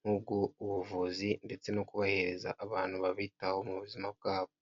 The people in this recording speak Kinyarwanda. nk'ubw'ubuvuzi ndetse no kubahereza abantu babitaho mu buzima bwabo.